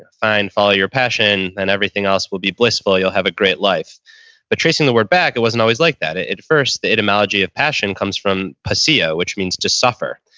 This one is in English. fine, follow your passion, and everything else will be blissful. you'll have a great life but tracing the word back, it wasn't always like that. at first, the etymology of passion comes from pasio which means to suffer.